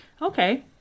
Okay